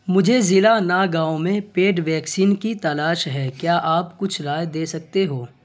مجھے ضلع ناگاؤں میں پیڈ ویکسین کی تلاش ہے کیا آپ کچھ رائے دے سکتے ہو